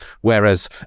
whereas